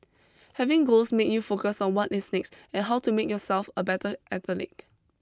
having goals makes you focus on what is next and how to make yourself a better athlete